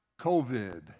COVID